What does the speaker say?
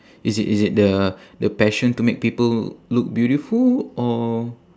is it is it the the passion to make people look beautiful or